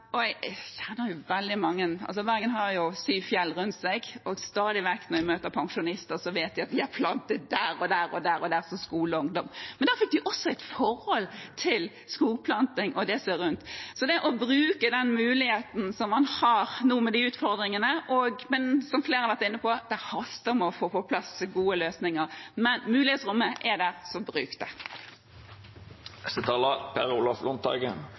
Bergen har syv fjell rundt seg, og stadig vekk når jeg møter pensjonister, vet de at de har plantet trær der og der, som skoleungdom. Da fikk de et forhold til skogplanting og det som er rundt det. Så man bør bruke den muligheten man har med de utfordringene, men – som flere har vært inne på – det haster å få på plass gode løsninger. Men mulighetsrommet er der – så